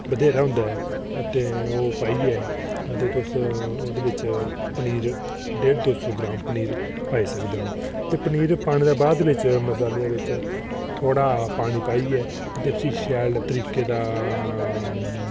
बत्हेरा होंदा ऐ अते ओह् पाइयै अदे तुस ओह्दे बिच पनीर डेढ दो सौ ग्रांम पनीर पाई सकदे ओह् ते पनीर पाने दे बाद बिच मसाले ओह्दे च थोह्ड़ा पानी पाइयै अदे उसी शैल तरके दा